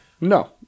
No